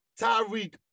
Tyreek